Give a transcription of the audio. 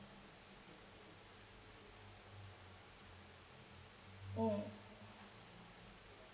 mm